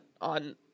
on